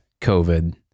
COVID